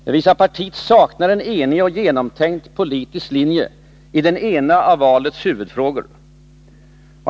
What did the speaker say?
Den visar att partiet saknar en enig och genomtänkt politisk linje i den ena av valets huvudfrågor.